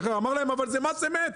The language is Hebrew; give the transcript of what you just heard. הוא אמר להם: "אבל זה מס אמת.